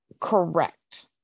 Correct